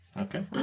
Okay